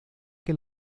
que